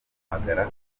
bahamagara